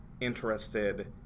interested